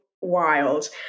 wild